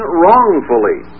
wrongfully